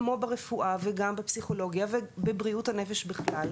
כמו ברפואה וגם בפסיכולוגיה ובבריאות הנפש בכלל,